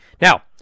Now